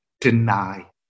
deny